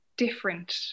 different